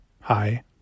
Hi